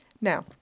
Now